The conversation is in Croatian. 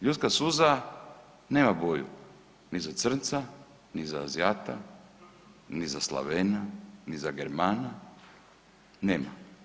Ljudska suza nema boju ni za crnca, ni za Azijata, ni za Slavena, ni za Germana, nema.